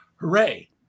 Hooray